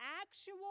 actual